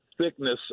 thickness